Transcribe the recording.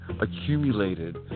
accumulated